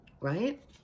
Right